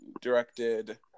directed